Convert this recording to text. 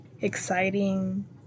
exciting